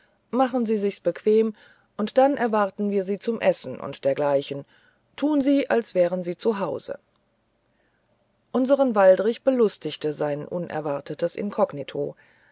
machen sie sich's bequem und dann erwarten wir sie zum essen und dergleichen tun sie als wären sie zu hause unseren waldrich belustigte sein unerwartetes inkognito